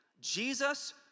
jesus